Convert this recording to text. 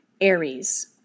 Aries